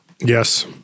Yes